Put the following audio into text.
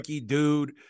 dude